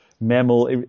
mammal